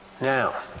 Now